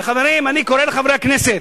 וחברים, אני קורא לחברי הכנסת,